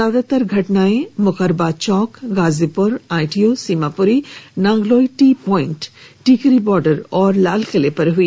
ज्यादातर घटनाएं Mukarba Chowk Ghazipur ITO Seemapuri Nangloi T point Tikri border और लालकिले पर हुई